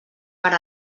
per